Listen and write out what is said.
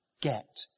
get